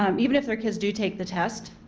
um even if their kids do take the test,